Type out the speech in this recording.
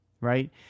right